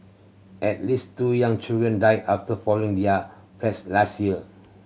at least two young children died after falling their flats last year